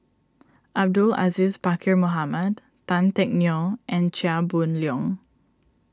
Abdul Aziz Pakkeer Mohamed Tan Teck Neo and Chia Boon Leong